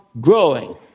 growing